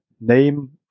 name